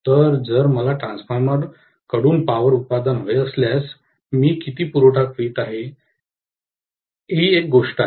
तर जर मला ट्रान्सफॉर्मरकडून पॉवर उत्पादन हवे असल्यास मी किती पुरवठा करीत आहे ही एक गोष्ट आहे